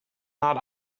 not